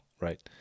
right